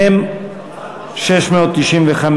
מ/695,